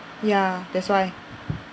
ya that's why